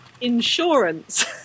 insurance